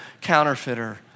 counterfeiter